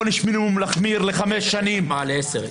את עונש מינימום לחמש שנים -- עשר,